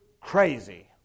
crazy